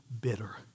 bitter